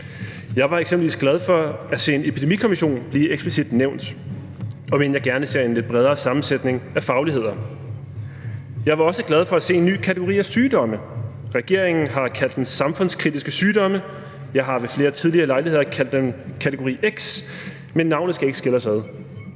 Jeg var eksempelvis glad for at se en epidemikommission blive eksplicit nævnt, omend jeg gerne ser en lidt bredere sammensætning af fagligheder. Jeg var også glad for at se, at man har tilføjet en ny kategori af sygdomme – regeringen har kaldt dem samfundskritiske sygdomme, mens ved jeg har ved flere tidligere lejligheder har kaldt dem kategori x, men navnet skal ikke skille os ad.